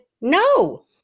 no